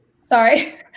sorry